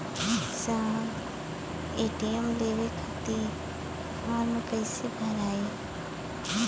साहब ए.टी.एम लेवे खतीं फॉर्म कइसे भराई?